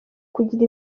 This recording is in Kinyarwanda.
kugira